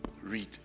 Read